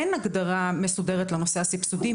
אין הגדרה מסודרת לנושא הסבסודי,